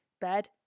bed